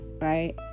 right